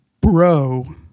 Bro